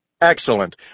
Excellent